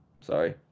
Sorry